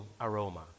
aroma